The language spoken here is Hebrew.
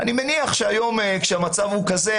אני מניח שהיום כאשר המצב הוא כזה,